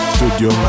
Studio